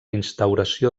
instauració